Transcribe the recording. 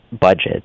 budget